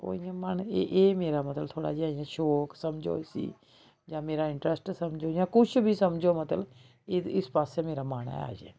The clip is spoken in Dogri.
ओह् इ'यां मन एह् मेरा मतलब थोह्ड़ा जेहा इ'यां शौक समझो इसी जां मेरा इटंरैस्ट समझो जां किश बी समझो मतलब इस पास्से मेरा मन है अजें